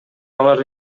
алар